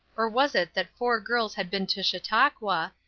or was it that four girls had been to chautauqua,